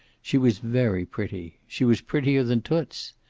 she was very pretty. she was prettier than toots.